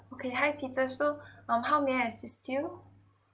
okay hi peter so um how may I assist you